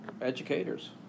educators